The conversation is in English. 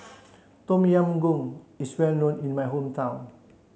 Tom Yam Goong is well known in my hometown